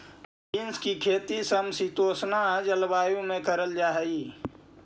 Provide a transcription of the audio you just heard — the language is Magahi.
बींस की खेती समशीतोष्ण जलवायु में करल जा हई